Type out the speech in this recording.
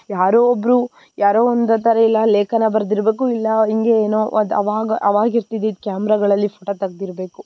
ಯಾರೋ ಒಬ್ಬರು ಯಾರೋ ಒಂದು ಥರ ಇಲ್ಲ ಲೇಖನ ಬರೆದಿರ್ಬೇಕು ಇಲ್ಲ ಹಿಂಗೆ ಏನೋ ಅದು ಅವಾಗ ಅವಾಗ ಇರ್ತಿದ್ದಿದ್ದ ಕ್ಯಾಮ್ರಗಳಲ್ಲಿ ಫೊಟ ತೆಗ್ದಿರ್ಬೇಕು